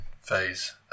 phase